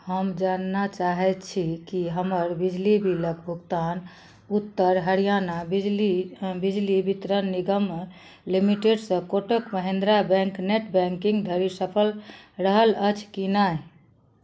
हम जानना चाहैत छी कि हमर बिजली बिलक भुगतान उत्तर हरियाणा बिजली बिजली बितरण निगम लिमिटेड सऽ Kotak Mahindra bank net banking धरि सफल रहल अछि कि नहि